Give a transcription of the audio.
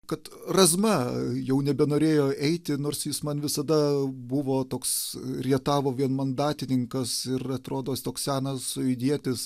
kad razma jau nebenorėjo eiti nors jis man visada buvo toks rietavo vienmandatininkas ir atrodo toks senas aidietis